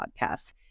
Podcasts